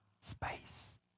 space